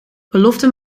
belofte